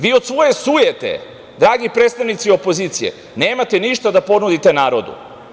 Vi od svoje sujete, dragi predstavnici opozicije, nemate ništa da ponudite narodu.